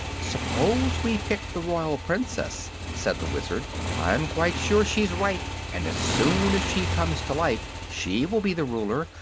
suppose we pick the royal princess, said the wizard. i'm quite sure she's ripe, and as soon as she comes to life she will be the ruler,